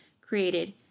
created